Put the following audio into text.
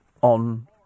on